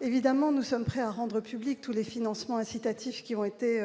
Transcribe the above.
évidemment, nous sommes prêts à rendre publics tous les financements incitatifs qui ont été